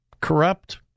corrupt